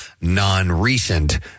non-recent